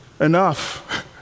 enough